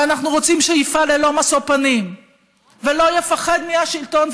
ואנחנו רוצים שיפעל ללא משוא פנים ולא יפחד מהשלטון,